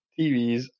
TVs